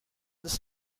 this